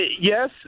yes